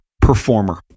performer